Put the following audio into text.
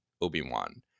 obi-wan